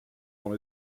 dans